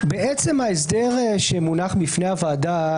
ההסדר שמונח בפני הוועדה,